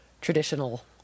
traditional